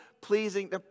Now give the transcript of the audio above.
pleasing